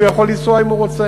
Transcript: כי הוא יכול לנסוע אם הוא רוצה.